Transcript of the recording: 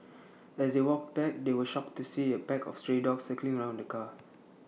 as they walked back they were shocked to see A pack of stray dogs circling around the car